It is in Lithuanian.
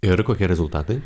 ir kokie rezultatai